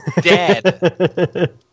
Dead